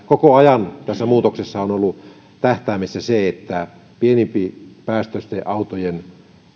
koko ajan tässä muutoksessa on ollut tähtäimessä se että pienempipäästöisten autojen